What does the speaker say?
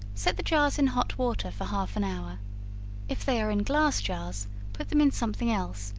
set the jars in hot water for half an hour if they are in glass jars put them in something else,